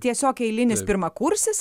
tiesiog eilinis pirmakursis